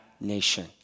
nation